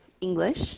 English